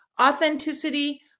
authenticity